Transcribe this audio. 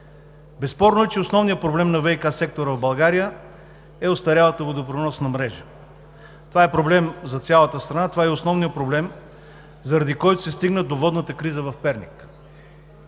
Безспорно е, че основният проблем на ВиК сектора в България е остарялата водопреносна мрежа. Това е проблем за цялата страна, това е и основният проблем, заради който се стигна до водната криза в Перник.